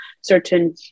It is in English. certain